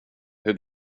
hur